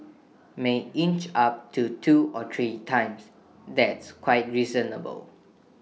may inch up to two or three times that's quite reasonable